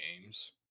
games